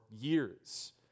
years